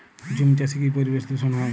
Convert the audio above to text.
ঝুম চাষে কি পরিবেশ দূষন হয়?